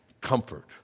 Comfort